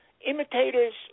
imitators